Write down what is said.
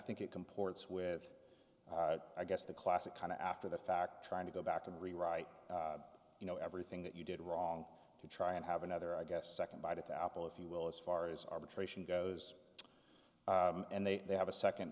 think it comports with i guess the classic kind of after the fact trying to go back and rewrite you know everything that you did wrong to try and have another i guess second bite at the apple if you will as far as arbitration goes and they they have a second